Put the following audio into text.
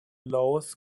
لائوس